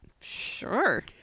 sure